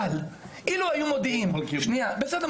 אבל אילו היו מודיעים בתחילת